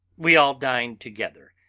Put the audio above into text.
we all dined together,